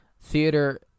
Theater